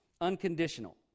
unconditional